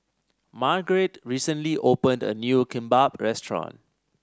Marguerite recently opened a new Kimbap Restaurant